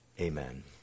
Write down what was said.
Amen